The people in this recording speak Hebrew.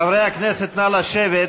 חברי הכנסת, נא לשבת.